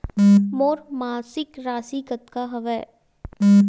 मोर मासिक राशि कतका हवय?